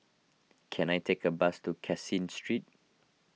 can I take a bus to Caseen Street